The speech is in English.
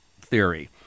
theory